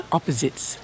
Opposites